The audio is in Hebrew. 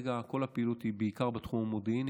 וכרגע כל הפעילות היא בעיקר בתחום המודיעיני.